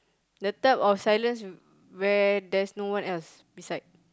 the type of silence where there's no one else beside